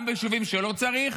גם ביישובים שלא צריך?